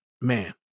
man